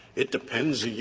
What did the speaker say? it depends, you